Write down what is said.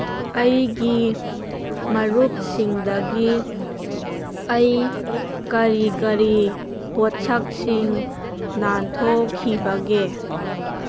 ꯑꯩꯒꯤ ꯃꯔꯨꯞꯁꯤꯡꯗꯒꯤ ꯑꯩ ꯀꯔꯤ ꯀꯔꯤ ꯄꯣꯠꯁꯛꯁꯤꯡ ꯅꯥꯡꯊꯣꯛꯈꯤꯕꯒꯦ